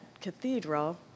cathedral